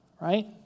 Right